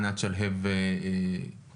ענת שלהב דורון,